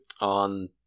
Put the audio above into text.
on